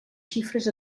xifres